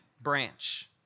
branch